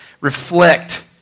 reflect